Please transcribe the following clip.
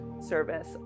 service